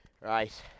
right